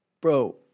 Bro